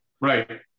Right